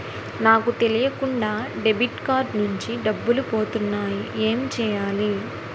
నాకు తెలియకుండా debit card నుంచి డబ్బులు పోతున్నాయి ఎం చెయ్యాలి?